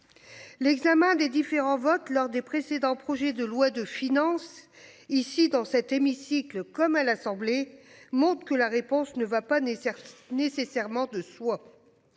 L'examen des différents votes lors des précédents projets de loi de finances ici dans cet hémicycle comme à l'Assemblée Monde que la réponse ne va pas nécessairement